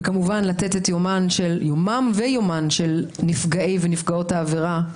וכמובן לתת את יומם ויומן של נפגעי ונפגעות העבירה,